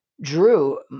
Drew